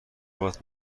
وات